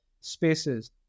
spaces